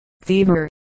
Fever